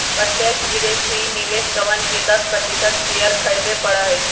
प्रत्यक्ष विदेशी निवेशकवन के दस प्रतिशत शेयर खरीदे पड़ा हई